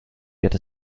get